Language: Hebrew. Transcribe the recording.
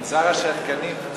מנזר השתקנים.